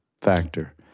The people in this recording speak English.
factor